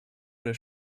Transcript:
oder